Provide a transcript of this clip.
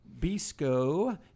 Bisco